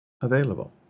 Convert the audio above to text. available